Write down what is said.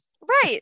Right